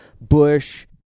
Bush